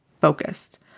focused